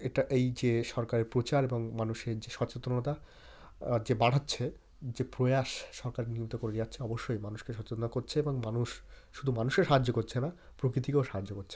এটা এই যে সরকারের প্রচার এবং মানুষের যে সচেতনতা যে বাড়াচ্ছে যে প্রয়াস সরকার নিয়মিত করে যাচ্ছে অবশ্যই মানুষকে সচেতনা করছে এবং মানুষ শুধু মানুষের সাহায্য় করছে না প্রকৃতিকেও সাহায্য় করছে